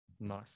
nice